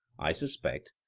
i suspect,